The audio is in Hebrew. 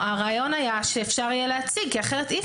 הרעיון היה שאפשר יהיה להציג כי אחרת אי אפשר.